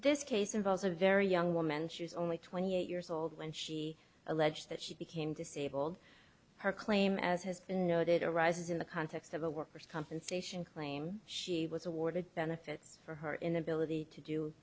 this case involves a very young woman she was only twenty eight years old when she alleged that she became disabled her claim as has been noted arises in the context of a worker's compensation claim she was awarded benefits for her inability to do